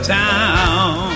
town